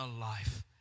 life